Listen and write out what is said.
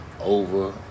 Over